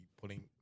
pulling